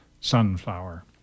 Sunflower